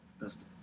Best